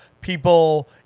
People